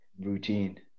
Routine